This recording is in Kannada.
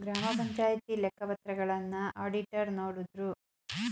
ಗ್ರಾಮ ಪಂಚಾಯಿತಿ ಲೆಕ್ಕ ಪತ್ರಗಳನ್ನ ಅಡಿಟರ್ ನೋಡುದ್ರು